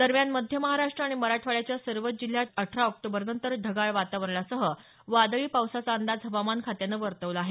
दरम्यान मध्य महाराष्ट्र आणि मराठवाड्याच्या सर्वच जिल्ह्यात अठरा ऑक्टोबरनंतर ढगाळ वातावरणासह वादळी पावसाचा अंदाज हवामान खात्याने वर्तवला आहे